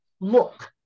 Look